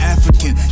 African